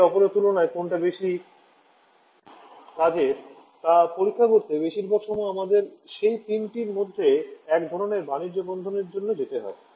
একে অপরের তুলনায় কোনটি বেশি কাজের তা পরীক্ষা করতে বেশিরভাগ সময় আমাদের সেই তিনটির মধ্যে এক ধরণের বাণিজ্য বন্ধের জন্য যেতে হয়